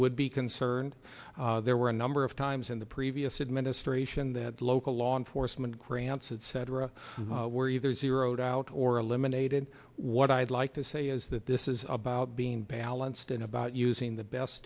would be concerned there were a number of times in the previous administration that local law enforcement grants etc were either zeroed out or eliminated what i'd like to say is that this is about being balanced and about using the best